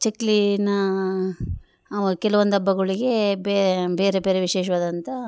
ಚಕ್ಲೀನ ಅವಾಗ್ ಕೆಲವೊಂದು ಹಬ್ಬಗಳಿಗೆ ಬೇರೆ ಬೇರೆ ವಿಶೇಷವಾದಂಥ